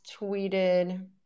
tweeted